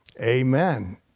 Amen